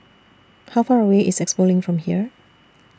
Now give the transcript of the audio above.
How Far away IS Expo LINK from here